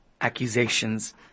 accusations